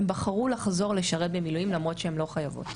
הן בחרו לחזור לשרת במילואים למרות שהן לא חייבות,